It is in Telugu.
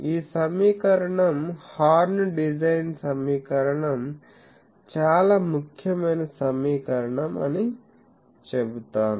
ఈ సమీకరణం హార్న్ డిజైన్ సమీకరణం చాలా ముఖ్యమైన సమీకరణం అని చెబుతాను